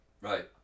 Right